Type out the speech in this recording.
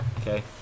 Okay